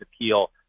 appeal